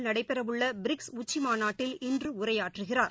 பிரதமர் நடைபெறவுள்ளபிரிக்ஸ் உச்சிமாநாட்டில் இன்றுஉரையாற்றுகிறார்